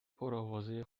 پرآوازه